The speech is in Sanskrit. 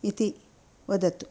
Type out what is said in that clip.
इति वदतु